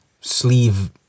sleeve